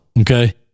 Okay